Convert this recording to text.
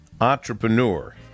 entrepreneur